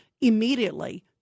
immediately